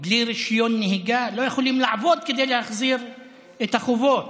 בלי רישיון נהיגה לא יכולים לעבוד כדי להחזיר את החובות.